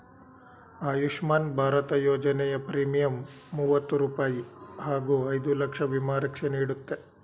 ಆಯುಷ್ಮಾನ್ ಭಾರತ ಯೋಜನೆಯ ಪ್ರೀಮಿಯಂ ಮೂವತ್ತು ರೂಪಾಯಿ ಹಾಗೂ ಐದು ಲಕ್ಷ ವಿಮಾ ರಕ್ಷೆ ನೀಡುತ್ತೆ